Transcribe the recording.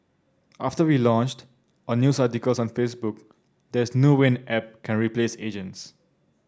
after we launched on news articles on Facebook there's no way app can replace agents